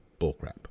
bullcrap